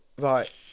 right